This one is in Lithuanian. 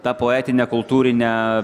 ta poetine kultūrine